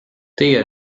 teie